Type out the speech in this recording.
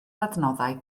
adnoddau